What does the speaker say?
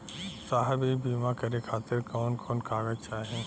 साहब इ बीमा करें खातिर कवन कवन कागज चाही?